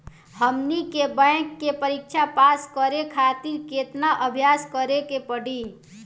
हमनी के बैंक के परीक्षा पास करे खातिर केतना अभ्यास करे के पड़ी?